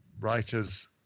writers